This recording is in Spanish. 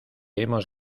hemos